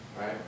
right